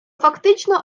фактично